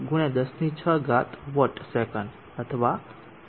6 × 106 watt second અથવા joules થાય